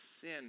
sin